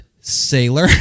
sailor